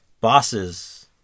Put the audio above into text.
bosses